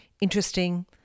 interesting